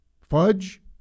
Fudge